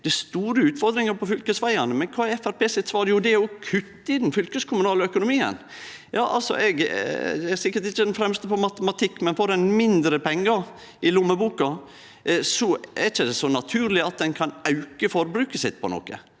det er store utfordringar på fylkesvegane, men kva er Framstegspartiet sitt svar? Jo, det er å kutte i den fylkeskommunale økonomien. Eg er sikkert ikkje den fremste i matematikk, men får ein mindre pengar i lommeboka, er det ikkje så naturleg at ein kan auke forbruket sitt på noko.